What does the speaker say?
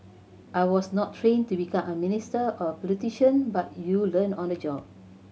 I was not trained to become a minister or a politician but you learn on the job